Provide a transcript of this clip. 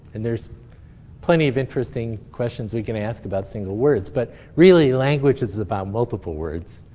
and there's plenty of interesting questions we can ask about single words. but really, language is is about multiple words.